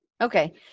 Okay